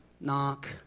knock